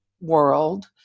world